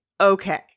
okay